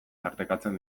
tartekatzen